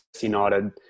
United